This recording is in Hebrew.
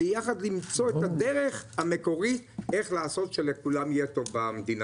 ויחד למצוא את הדרך המקורית איך לעשות שלכולם יהיה טוב במדינה.